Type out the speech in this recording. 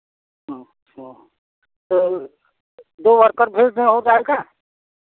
अच्छा तो दो वर्कर भेज दें हो जाएगा